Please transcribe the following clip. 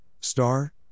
star